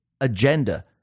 agenda